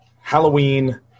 Halloween